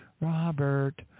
Robert